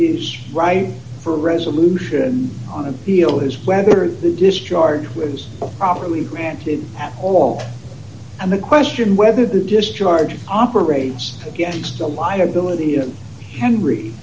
is right for resolution on appeal has the discharge was properly granted at all and the question whether the discharge operates against the liability of henry